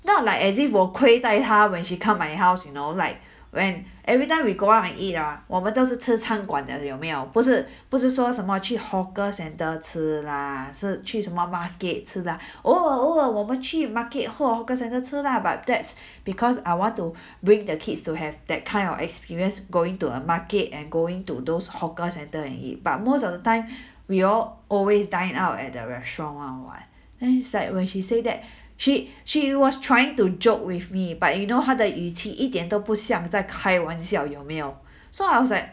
not like as if 我亏待她 when she come my house you know like when everytime we go out and eat ah 我们都是吃餐馆的有没有不是不是说什么去 hawker centre 吃啦是去什么 market 吃啦 oh oh 我们去 market 或 hawker centre 吃啦 but that's because I want to bring their kids to have that kind of experience going to a market and going to those hawker centre in it but most of the time we all always dine out at a restaurant [one] [what] damn sad when she said that she she was trying to joke with me but you know 她的语气一点都不想在开玩笑有没有 so I was like